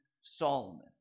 Solomon